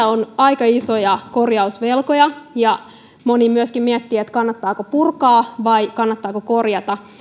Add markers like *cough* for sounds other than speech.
*unintelligible* on aika isoja korjausvelkoja ja moni myöskin miettii kannattaako purkaa vai kannattaako korjata